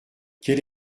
quel